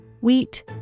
Wheat